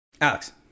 alex